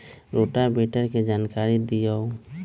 Rotavator के जानकारी दिआउ?